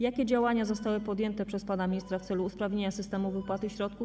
Jakie działania zostały podjęte przez pana ministra w celu usprawnienia systemu wypłaty środków?